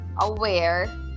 aware